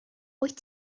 wyt